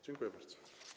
Dziękuję bardzo.